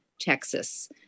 Texas